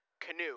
canoe